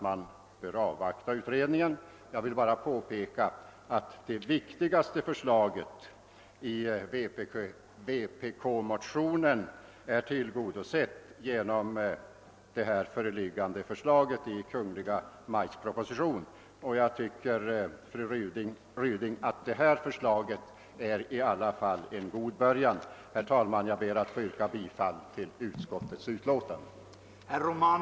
Jag vill till slut påpeka att det viktigaste kravet i vpk-motionen är tillgodoseit genom vad som föreslås i Kungl. Maj:ts proposition, och det är, fru Ryding, i alla fall en god början. Herr talman! Jag ber att få yrka bifall till utskottets hemställan.